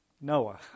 Noah